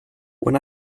when